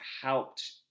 helped